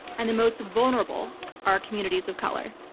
and the most vulnerable are communities of color.